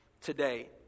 today